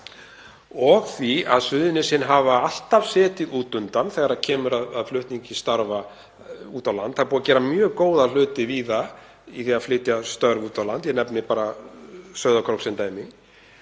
og því að Suðurnesin hafa alltaf orðið út undan þegar kemur að flutningi starfa út á land. Það er búið að gera mjög góða hluti víða í því að flytja störf út á land, ég nefni Sauðárkrók sem dæmi,